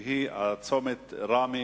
והיא צומת ראמה